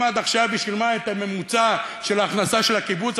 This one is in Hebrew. אם עד עכשיו היא שילמה את הממוצע של ההכנסה של הקיבוץ,